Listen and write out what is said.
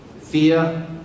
fear